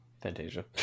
Fantasia